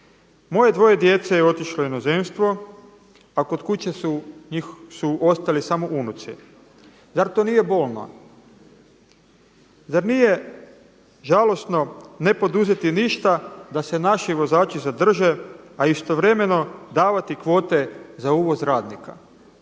Moje dvoje djece je otišlo u inozemstvo, a kod kuće su ostali samo unuci. Zar to nije bolno? Zar nije žalosno ne poduzeti ništa da se naši vozači zadrže, a istovremeno davati kvote za uvoz radnika,